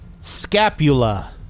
Scapula